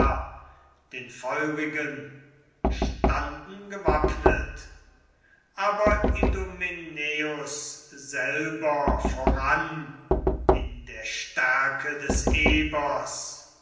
den feurigen standen gewappnet aber idomeneus selber voran in der stärke des ebers